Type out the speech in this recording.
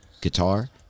guitar